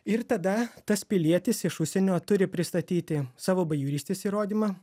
ir tada tas pilietis iš užsienio turi pristatyti savo bajorystės įrodymą